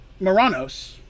Moranos